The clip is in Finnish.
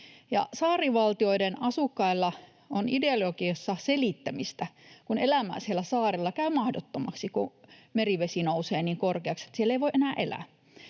Saarivaltioiden asukkaille on ideologiassa selittämistä, kun elämä siellä saarella käy mahdottomaksi, kun merivesi nousee niin korkeaksi, että siellä ei voi enää elää.